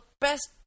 best